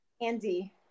Andy